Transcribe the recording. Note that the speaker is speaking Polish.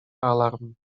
alarm